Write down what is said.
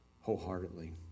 wholeheartedly